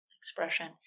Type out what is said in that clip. expression